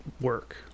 work